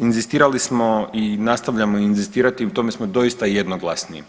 Inzistirali smo i nastavljamo inzistirati i u tome smo doista jednoglasni